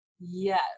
Yes